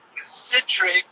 citric